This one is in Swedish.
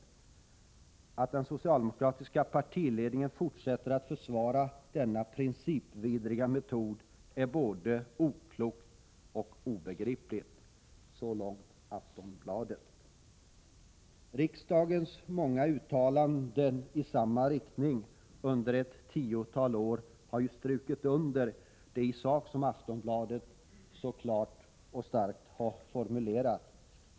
Att som den socialdemokratiska partiledningen fortsätta att försvara denna principvidriga metod är både oklokt och obegripligt.” Riksdagens många uttalanden i samma riktning under ett tiotal år har i sak strukit under det som Aftonbladet så klart har formulerat.